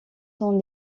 sont